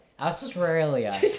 Australia